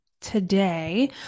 today